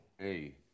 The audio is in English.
a-